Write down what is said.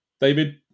David